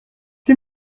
die